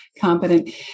competent